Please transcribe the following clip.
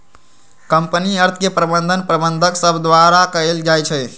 company अर्थ के प्रबंधन प्रबंधक सभ द्वारा कएल जाइ छइ